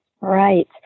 Right